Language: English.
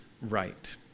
right